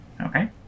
Okay